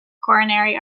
coronary